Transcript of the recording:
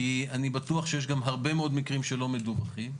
כי אני בטוח שיש גם הרבה מאוד מקרים שלא מדווחים.